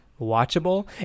watchable